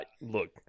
Look